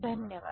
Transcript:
धन्यवाद